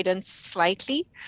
slightly